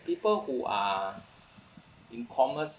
people who are in comas